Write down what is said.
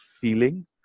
feeling